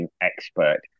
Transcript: expert